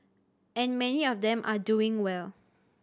and many of them are doing well